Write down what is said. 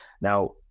Now